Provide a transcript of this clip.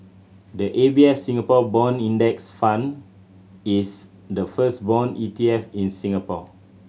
the A B A Singapore Bond Index Fund is the first bond E T F in Singapore